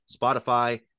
spotify